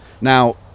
Now